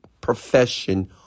profession